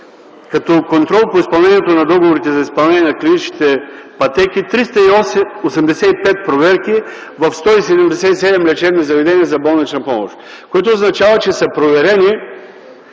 като контрол по изпълнението на договорите за изпълнение на клиничните пътеки 385 проверки в 177 лечебни заведения за болнична помощ, което означава, че са проверени